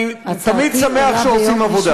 אני תמיד שמח שעושים עבודה,